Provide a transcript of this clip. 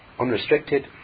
unrestricted